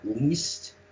least